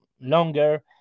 longer